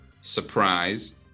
surprise